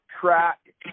track